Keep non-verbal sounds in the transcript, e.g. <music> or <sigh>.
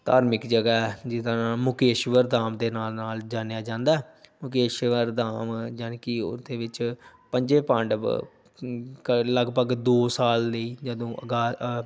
ਧਾਰਮਿਕ ਜਗ੍ਹਾ ਹੈ ਜਿਸ ਦਾ ਨਾਂ ਮੁਕੇਸ਼ਵਰ ਧਾਮ ਦੇ ਨਾਂ ਨਾਲ ਜਾਣਿਆ ਜਾਂਦਾ ਹੈ ਮੁਕੇਸ਼ਵਰ ਧਾਮ ਯਾਨੀ ਕਿ ਉਹਦੇ ਵਿੱਚ ਪੰਜੇ ਪਾਂਡਵ <unintelligible> ਲਗਪਗ ਦੋ ਸਾਲ ਲਈ ਜਾਂ ਦੋ <unintelligible>